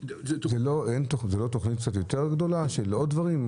זו לא תוכנית קצת יותר גדולה של עוד דברים?